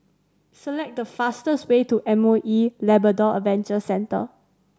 select the fastest way to M O E Labrador Adventure Centre